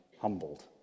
humbled